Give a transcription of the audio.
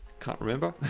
can't remember,